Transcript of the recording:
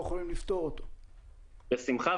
בשמחה,